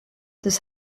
das